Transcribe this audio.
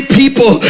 people